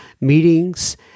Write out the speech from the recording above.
meetings